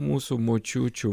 mūsų močiučių